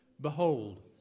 Behold